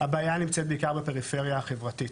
הבעיה נמצאת בעיקר בפריפריה החברתית,